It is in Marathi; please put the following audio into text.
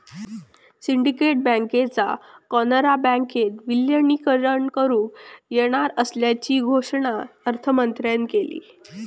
सिंडिकेट बँकेचा कॅनरा बँकेत विलीनीकरण करुक येणार असल्याची घोषणा अर्थमंत्र्यांन केली